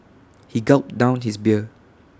he gulped down his beer